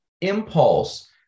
impulse